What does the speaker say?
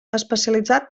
especialitzat